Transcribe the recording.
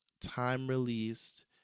Time-released